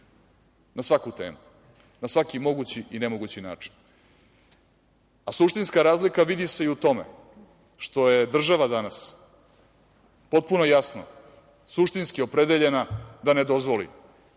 na svaku temu, na svaki mogući i nemogući način. Suštinska razlika vidi se i u tome što je država danas potpuno jasno suštinski opredeljena da ne dozvoli